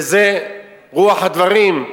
וזה רוח הדברים,